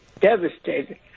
devastated